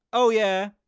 oh yeah,